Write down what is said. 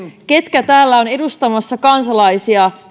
ketkä täällä ovat edustamassa kansalaisia seuraavien